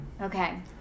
Okay